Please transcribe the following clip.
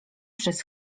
przez